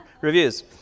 reviews